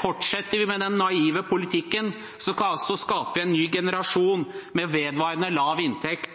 Fortsetter vi med den naive politikken, skaper vi en ny generasjon med vedvarende lav inntekt